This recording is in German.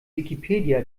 wikipedia